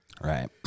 Right